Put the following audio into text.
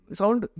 sound